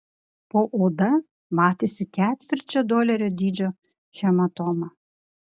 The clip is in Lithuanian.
po oda matėsi ketvirčio dolerio dydžio hematoma